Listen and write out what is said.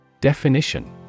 Definition